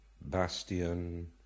Bastian